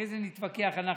אחרי זה נתווכח אנחנו,